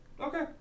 Okay